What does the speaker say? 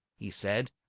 he said,